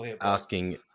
asking